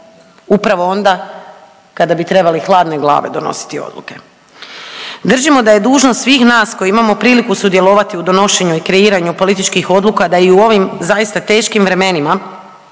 upravo onda kada bi trebali hladne glave donositi odluke. Držimo da je dužnost svih nas koji imamo priliku sudjelovati u donošenju i kreiranju političkih odluka da i u ovim zaista teškim vremenima